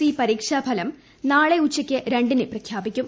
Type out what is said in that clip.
C പരീക്ഷാഫലം നാളെ ഉച്ചയ്ക്ക് രണ്ടിന് പ്രഖ്യാപിക്കും